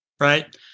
right